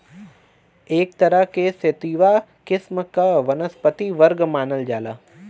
एक तरह क सेतिवा किस्म क वनस्पति वर्ग मानल जाला